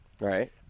Right